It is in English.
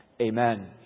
Amen